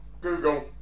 Google